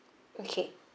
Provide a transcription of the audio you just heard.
okay